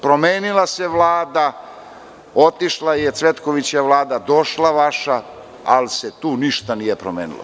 Promenila se Vlada, otišla je Cvetkovićeva Vlada, došla vaša, ali se tu ništa nije promenilo.